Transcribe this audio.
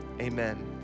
amen